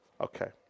Okay